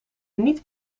niet